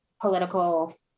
political